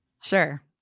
Sure